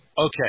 Okay